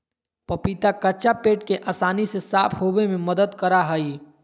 पपीता कच्चा पेट के आसानी से साफ होबे में मदद करा हइ